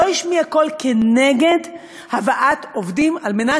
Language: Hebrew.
לא השמיע קול כנגד הבאת עובדים על מנת